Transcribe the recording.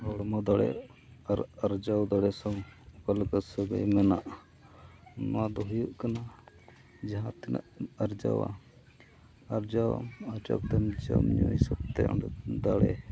ᱦᱚᱲᱢᱚ ᱫᱟᱲᱮ ᱟᱨ ᱟᱨᱡᱟᱣ ᱫᱟᱲᱮ ᱥᱟᱣ ᱚᱠᱟᱞᱮᱠᱟ ᱥᱟᱹᱜᱟᱹᱭ ᱢᱮᱱᱟᱜᱼᱟ ᱱᱚᱣᱟ ᱫᱚ ᱦᱩᱭᱩᱜ ᱠᱟᱱᱟ ᱡᱟᱦᱟᱸ ᱛᱤᱱᱟᱹᱜ ᱟᱨᱡᱟᱣᱟ ᱟᱨᱡᱟᱣᱟᱢ ᱟᱨᱡᱟᱣ ᱠᱟᱛᱮᱢ ᱡᱚᱢ ᱧᱩ ᱦᱤᱥᱟᱹᱵᱛᱮ ᱚᱸᱰᱮ ᱫᱟᱲᱮ